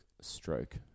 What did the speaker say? Stroke